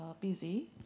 busy